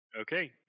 Okay